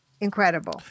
Incredible